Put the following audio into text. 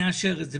ונאשר את זה,